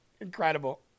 Incredible